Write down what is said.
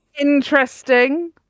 interesting